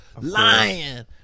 lying